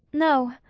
no.